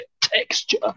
texture